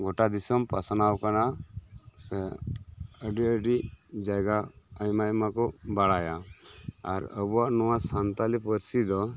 ᱜᱚᱴᱟ ᱫᱤᱥᱚᱢ ᱯᱟᱥᱱᱟᱣ ᱟᱠᱟᱱᱟ ᱥᱮ ᱟᱰᱤ ᱟᱰᱤ ᱡᱟᱭᱜᱟ ᱟᱭᱢᱟ ᱟᱭᱢᱟ ᱠᱚ ᱵᱟᱲᱟᱭᱟ ᱟᱨ ᱟᱵᱚᱣᱟᱜ ᱱᱚᱶᱟ ᱥᱟᱱᱛᱟᱞᱤ ᱯᱟᱹᱨᱥᱤ ᱫᱚ